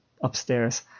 upstairs